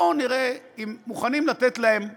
בואו נראה אם מוכנים לתת להם בול,